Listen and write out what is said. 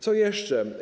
Co jeszcze?